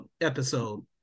episode